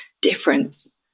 difference